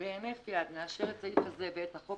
בהינף יד נאשר את הסעיף הזה ואת החוק